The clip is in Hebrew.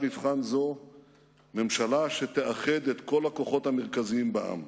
מבחן זו ממשלה שתאחד את כל הכוחות המרכזיים בעם.